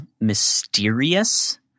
mysterious